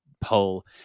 pull